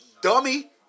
Dummy